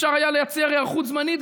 אפשר היה לייצר היערכות זמנית,